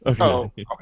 Okay